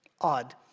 odd